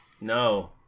No